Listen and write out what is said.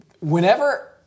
Whenever